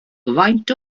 faint